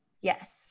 Yes